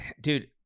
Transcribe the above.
Dude